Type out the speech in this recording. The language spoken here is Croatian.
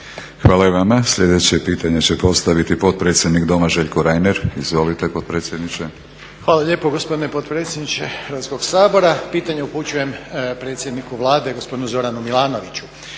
Hvala i vama. Sljedeće pitanje će postaviti potpredsjednik Doma Željko Reiner. Izvolite potpredsjedniče. **Reiner, Željko (HDZ)** Hvala lijepo gospodine potpredsjedniče Hrvatskog sabora. Pitanje upućujem predsjedniku Vlade gospodinu Zoranu Milanoviću.